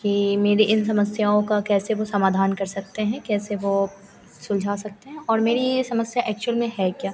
कि मेरी इन समस्याओं का कैसे वह समाधान कर सकते हैं कैसे वह सुलझा सकते हैं और मेरी यह समस्या एक्चुअल में है क्या